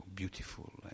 beautiful